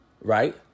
right